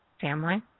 family